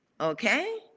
okay